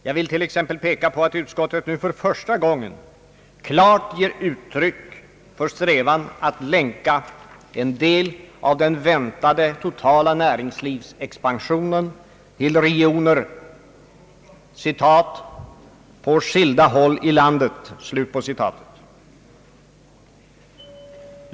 Jag vill t.ex. peka på att utskottet nu för första gången klart ger uttryck för strävan att länka en del av den väntade totala näringslivsexpansionen till regioner »på skilda håll i landet».